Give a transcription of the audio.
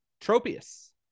Tropius